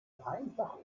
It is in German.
einfach